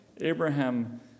Abraham